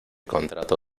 contrato